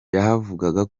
yavugaga